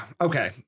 okay